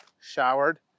showered